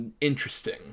interesting